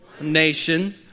nation